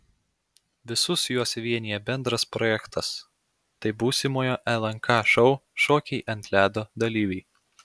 visus juos vienija bendras projektas tai būsimojo lnk šou šokiai ant ledo dalyviai